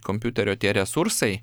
kompiuterio tie resursai